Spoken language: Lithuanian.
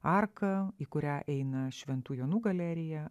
arka į kurią eina šventų jonų galerija